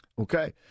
Okay